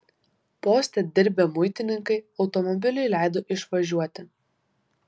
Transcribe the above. poste dirbę muitininkai automobiliui leido išvažiuoti